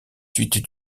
suites